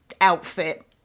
outfit